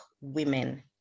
women